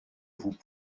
vous